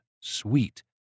sweet